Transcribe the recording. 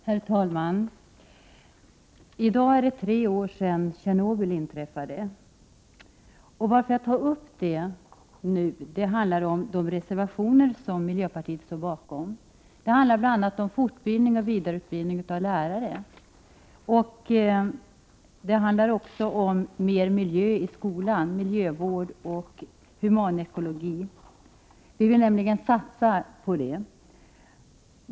Herr talman! I dag är det tre år sedan olyckan i Tjernobyl inträffade. Varför tar jag upp det nu? Det sammanhänger med de reservationer som miljöpartiet står bakom, som bl.a. handlar om fortbildningoch vidareutbildning av lärare. Det handlar också om mer miljövård och humanekologi i skolan. Vi vill nämligen satsa på detta.